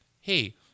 hey